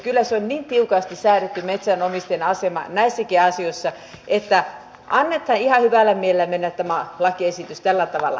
kyllä on niin tiukasti säädelty metsänomistajien asema näissäkin asioissa että annetaan ihan hyvällä mielellä tämän lakiesityksen mennä tällä tavalla eteenpäin